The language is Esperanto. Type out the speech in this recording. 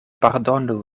pardonu